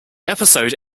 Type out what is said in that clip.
episode